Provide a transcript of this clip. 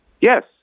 Yes